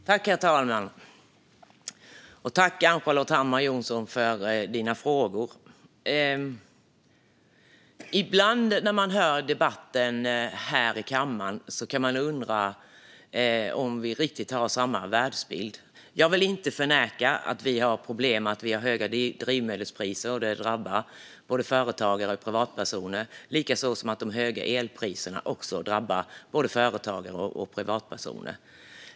Herr talman! Tack, Ann-Charlotte Hammar Johnsson, för dina frågor! När man hör debatten här i kammaren kan man ibland undra om vi har riktigt samma världsbild. Jag vill inte förneka att vi har problem med höga drivmedelspriser och att de drabbar både företagare och privatpersoner. Likaså drabbar de höga elpriserna både företagare och privatpersoner.